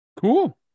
Cool